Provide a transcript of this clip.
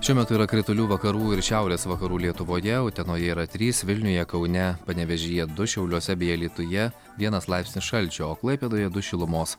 šiuo metu yra kritulių vakarų ir šiaurės vakarų lietuvoje utenoje yra trys vilniuje kaune panevėžyje du šiauliuose bei alytuje vienas laipsnis šalčio o klaipėdoje du šilumos